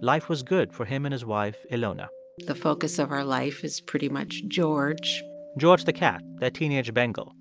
life was good for him and his wife, ilona the focus of our life is pretty much george george, the cat, their teenage bengal